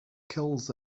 kills